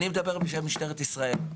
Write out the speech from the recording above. אני מדבר בשם משטרת ישראל.